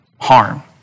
harm